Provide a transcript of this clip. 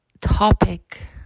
topic